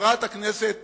חברת הכנסת